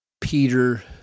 Peter